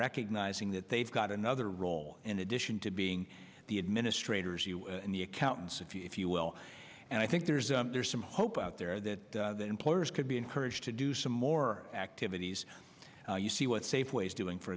recognizing that they've got another role in addition to being the administrators and the accountants if you will and i think there's a there's some hope out there that the employers could be encouraged to do some more activities you see what safeway is doing for